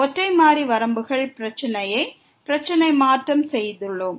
ஒற்றை மாறி வரம்புகள் பிரச்சினையை பிரச்சினை மாற்றம் செய்துள்ளோம்